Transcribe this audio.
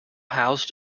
housed